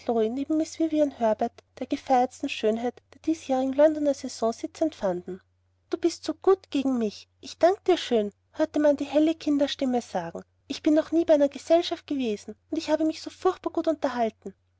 neben miß vivian herbert der gefeiertsten schönheit der diesjährigen londoner saison sitzend fanden du bist so gut gegen mich ich danke dir schön hörte man die helle kinderstimme sagen ich bin noch nie bei einer gesellschaft gewesen und ich habe mich so furchtbar gut unterhalten